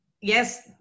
yes